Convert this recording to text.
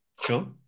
Sure